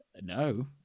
No